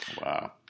Wow